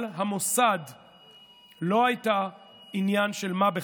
לא הייתה עניין של מה בכך.